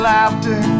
Laughter